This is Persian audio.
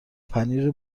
پنیر